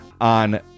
on